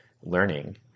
learning